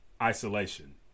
Isolation